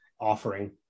offering